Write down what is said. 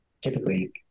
typically